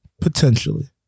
potentially